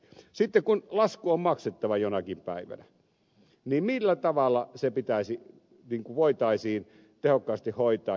sitten kun lasku on maksettava jonakin päivänä niin millä tavalla se voitaisiin tehokkaasti hoitaa